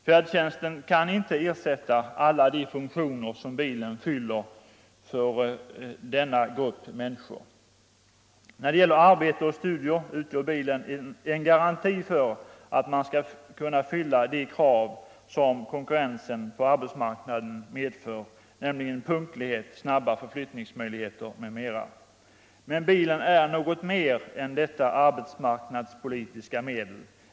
Färdtjänsten kan naturligtvis inte ersätta alla de funktioner som bilen fyller för denna grupp människor. När det gäller arbete och studier utgör bilen en garanti för att man skall kunna uppfylla de krav som konkurrensen på arbetsmarknaden medför, nämligen punktlighet, snabba förflyttningsmöjligheter m.m. Men bilen är något mer än detta arbetsmarknadspolitiska medel.